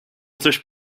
coś